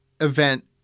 event